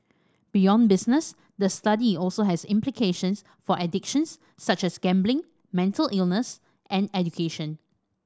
beyond business the study also has implications for addictions such as gambling mental illness and education